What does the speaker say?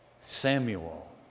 Samuel